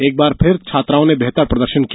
एक बार फिर छात्राओं ने बेहतर प्रदर्शन किया